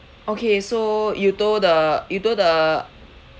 okay so you told the you told the